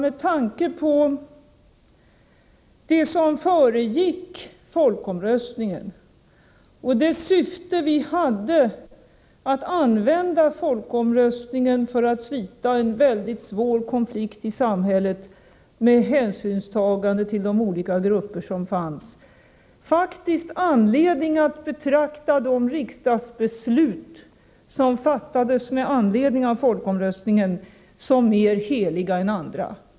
Med tanke på det som föregick folkomröstningen och det syfte vi hade att använda folkomröstningen för att slita en väldigt svår konflikt i samhället, med hänsynstagande till de olika gfupper som fanns, har vi faktiskt anledning att betrakta de riksdagsbeslut som fattades med anledning av omröstningen som mer heliga än andra.